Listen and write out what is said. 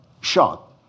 shot